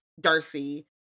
Darcy